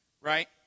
Right